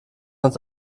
ans